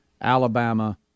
Alabama